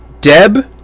deb